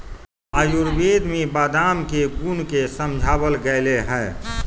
आयुर्वेद में बादाम के गुण के समझावल गैले है